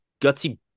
Gutsy